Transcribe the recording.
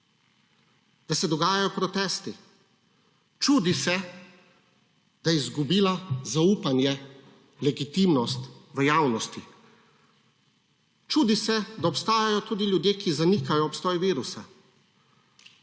da se dogajajo protesti, čudi se, da je izgubila zaupanje, legitimnosti v javnosti. Čudi se, da obstajajo tudi ljudje, ki zanikajo obstoj virusa.